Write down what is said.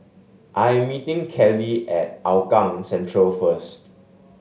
I am meeting Kellee at Hougang Central first